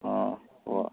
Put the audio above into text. ꯑꯥ ꯍꯣꯏ